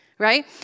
right